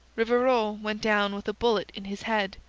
rivarol went down with a bullet in his head,